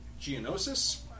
Geonosis